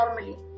normally